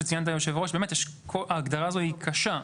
היושב-ראש, ההגדרה הזאת היא קשה.